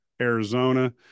Arizona